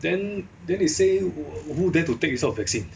then then he say who dare to take this type of vaccine